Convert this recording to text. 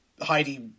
Heidi